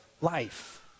life